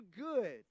good